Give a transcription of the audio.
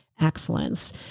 excellence